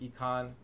econ